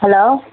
hello